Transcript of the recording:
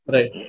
Right